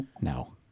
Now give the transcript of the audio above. No